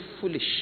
foolish